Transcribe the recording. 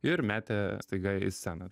ir metė staiga į sceną